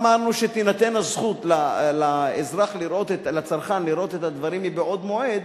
אמרנו שתינתן הזכות לצרכן לראות את הדברים מבעוד מועד,